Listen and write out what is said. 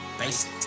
basic